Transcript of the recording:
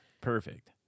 perfect